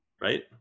right